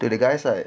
the guy's side